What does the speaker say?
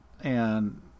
and-